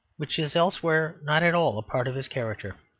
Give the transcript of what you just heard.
which is elsewhere not at all a part of his character.